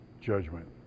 judgment